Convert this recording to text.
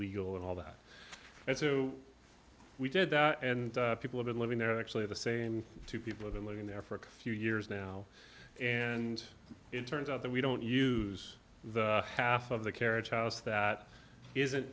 legal and all that and so we did that and people have been living there actually the same two people been living there for a few years now and it turns out that we don't use the half of the carriage house that isn't